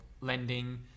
lending